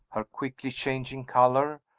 her quickly-changing color,